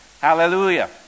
Hallelujah